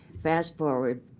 fast forward,